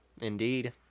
indeed